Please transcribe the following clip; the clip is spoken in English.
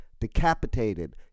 Decapitated